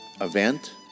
event